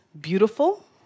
beautiful